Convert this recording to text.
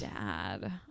dad